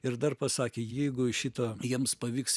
ir dar pasakė jeigu šito jiems paviks